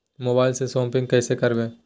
मोबाइलबा से शोपिंग्बा कैसे करबै?